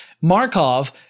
Markov